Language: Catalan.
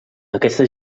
aquesta